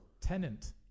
Tenant